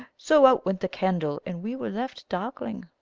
so out went the candle, and we were left darkling.